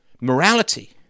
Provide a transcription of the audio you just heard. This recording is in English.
morality